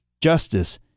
justice